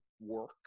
work